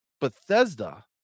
Bethesda